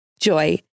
JOY